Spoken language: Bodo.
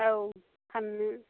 औ फान्नो